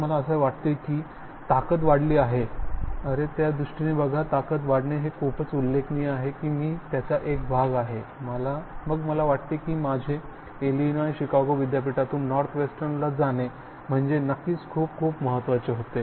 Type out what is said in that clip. तर मला असे वाटते की ताकद वाढली आहे अरे त्या दृष्टीने बघा ताकद वाढणे हे खूपच उल्लेखनीय आहे की मी त्याचा एक भाग आहे मग मला वाटते की माझे इलिनॉय शिकागो विद्यापीठातून नॉर्थवेस्टर्नला जाने म्हणजे नक्कीच खूप खूप महत्त्वाचे होते